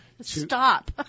Stop